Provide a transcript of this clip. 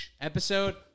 episode